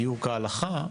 גיור כהלכה,